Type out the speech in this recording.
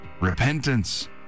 repentance